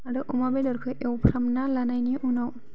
आरो अमा बेदरखौ एवफ्रामना लानायनि उनाव